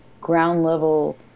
ground-level